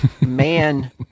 man